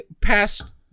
past